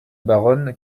baronne